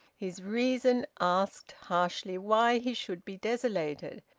his reason asked harshly why he should be desolated,